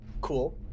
Cool